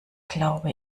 glaube